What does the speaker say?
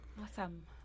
awesome